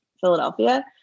Philadelphia